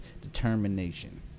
determination